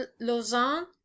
Lausanne